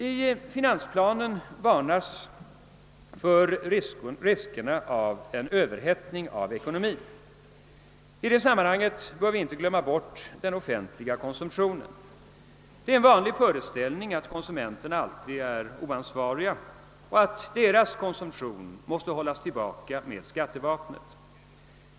I finansplanen varnas för riskerna av en överhettning av ekonomin. I det sammanhanget bör vi inte glömma bort den offentliga konsumtionen. Det är en vanlig föreställning att konsumenterna alltid är oansvariga och att deras konsumtion måste hållas tillbaka med skattevapnet.